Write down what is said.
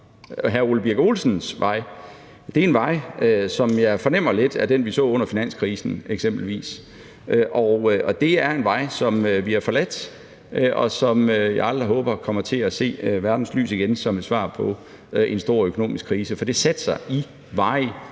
Hr. Ole Birk Olesens vej er en vej, som jeg fornemmer lidt er den, vi så under finanskrisen eksempelvis, og det er en vej, som vi har forladt, og som jeg aldrig håber kommer til at se verdens lys igen som et svar på en stor økonomisk krise, for det satte sig i